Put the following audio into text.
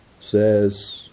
says